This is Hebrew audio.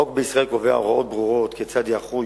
החוק בישראל קובע הוראות ברורות כיצד ייערכו,